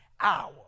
hour